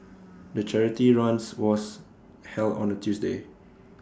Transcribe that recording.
the charity runs was held on A Tuesday